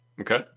Okay